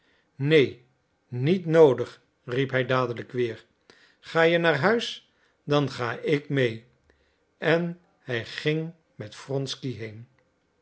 neen niet noodig riep hij dadelijk weer ga je naar huis dan ga ik mee en hij ging met wronsky